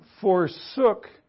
forsook